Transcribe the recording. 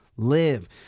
Live